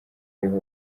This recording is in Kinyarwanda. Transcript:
ariho